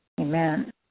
Amen